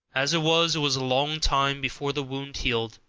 as it was, it was a long time before the wound healed,